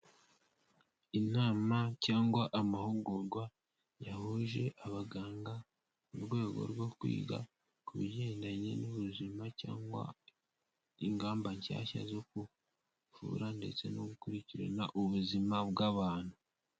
Inama cyangwa amahugurwa yahuje abaganga mu rwego rwo kwiga ku bigendanye n'ubuzima cyangwa ingamba nshyashya zo kuvura ndetse no gukurikirana ubuzima bw'abantu.